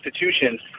institutions